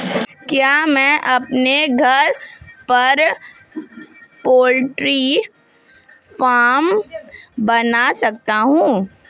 क्या मैं अपने घर पर पोल्ट्री फार्म बना सकता हूँ?